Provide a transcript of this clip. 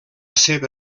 seva